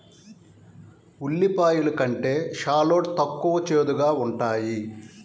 ఉల్లిపాయలు కంటే షాలోట్ తక్కువ చేదుగా ఉంటాయి